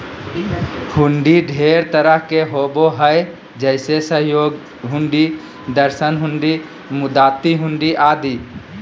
हुंडी ढेर तरह के होबो हय जैसे सहयोग हुंडी, दर्शन हुंडी, मुदात्ती हुंडी आदि